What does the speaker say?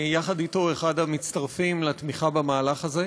יחד אתו, אחד המצטרפים לתמיכה במהלך הזה,